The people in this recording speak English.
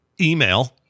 email